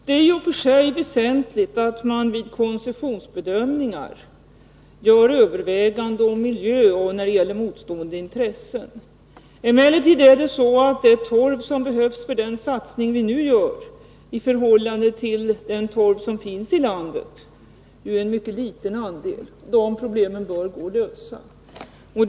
Herr talman! Det är i och för sig väsentligt att man vid koncessionsbedömningar gör överväganden om miljön och motstående intressen, men den torv som behövs för den satsning som vi nu gör är en mycket liten andel av den torv som finns i landet. Detta problem bör därför gå att lösa.